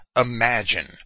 imagine